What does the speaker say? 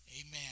Amen